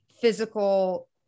physical